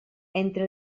entre